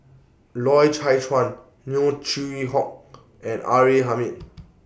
Loy Chye Chuan Neo Chwee Kok and R A Hamid